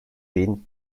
bin